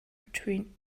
between